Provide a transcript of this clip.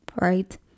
right